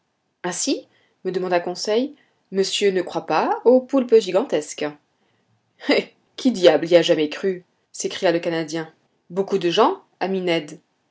ainsi me demanda conseil monsieur ne croit pas aux poulpes gigantesques eh qui diable y a jamais cru s'écria le canadien beaucoup de gens ami